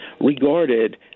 regarded